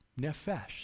Nefesh